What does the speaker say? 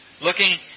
Looking